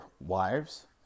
wives